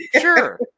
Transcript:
Sure